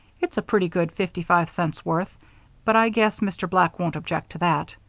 it's a pretty good fifty-five cents' worth but i guess mr. black won't object to that.